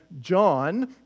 John